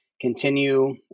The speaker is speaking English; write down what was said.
continue